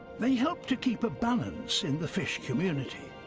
they help to keep a balance in the fish community